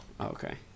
Okay